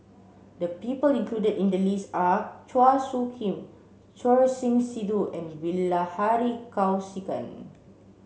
the people included in the list are Chua Soo Khim Choor Singh Sidhu and Bilahari Kausikan